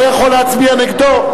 לא יכול להצביע נגדו,